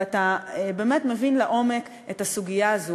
ואתה באמת מבין לעומק את הסוגיה הזו,